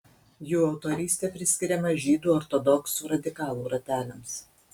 jų autorystė priskiriama žydų ortodoksų radikalų rateliams